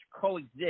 coexist